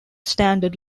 standard